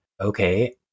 Okay